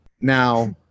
Now